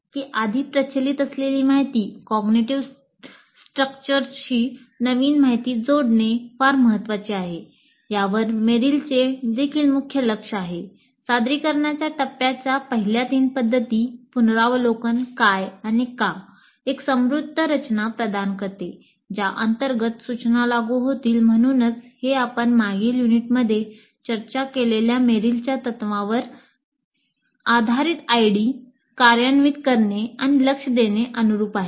cognitive psychology कार्यान्वित करणे आणि लक्ष देणे अनुरुप आहे